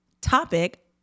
topic